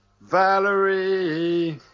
Valerie